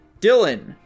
Dylan